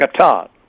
Qatar